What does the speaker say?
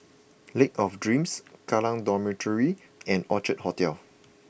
Lake of Dreams Kallang Dormitory and Orchard Hotel